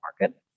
market